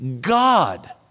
God